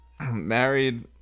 married